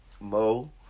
Mo